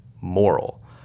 moral